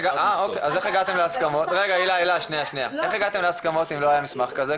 אז איך הגעתם להסכמות אם לא היה מסמך כזה?